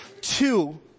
Two